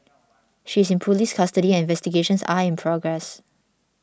she is in police custody and investigations are in progress